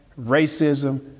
racism